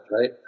right